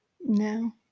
No